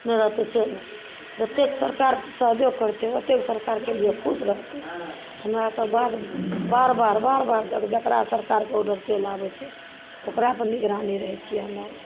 नहि रहतय से नहि जते सरकार सहयोग करतय ओते सरकारके लिये खुश रहतय हमरा अरके बार बार बार बार बड़का सरकारके ऑर्डर चलि आबय छै एकरापर निगरानी रहय छियै हमरा अर